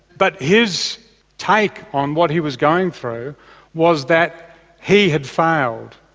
but his take on what he was going through was that he had failed.